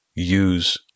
Use